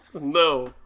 No